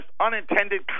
unintended